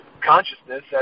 consciousness